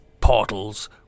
portals